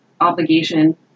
obligation